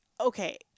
okay